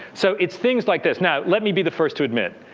so it's things like this. now, let me be the first to admit,